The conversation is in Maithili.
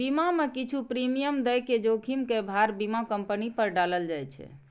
बीमा मे किछु प्रीमियम दए के जोखिम के भार बीमा कंपनी पर डालल जाए छै